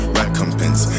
recompense